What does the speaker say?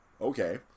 okay